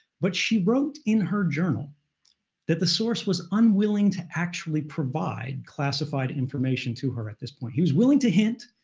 but she wrote in her journal that the source was unwilling to actually provide classified information to her at this point. he was willing to hint,